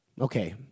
Okay